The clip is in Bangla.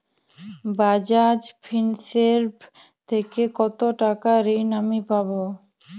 বাজাজ ফিন্সেরভ থেকে কতো টাকা ঋণ আমি পাবো?